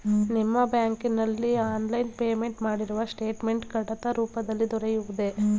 ನಿಮ್ಮ ಬ್ಯಾಂಕಿನಲ್ಲಿ online payment ಮಾಡಿರುವ ಸ್ಟೇಟ್ಮೆಂಟ್ ಕಡತ ರೂಪದಲ್ಲಿ ದೊರೆಯುವುದೇ?